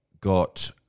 got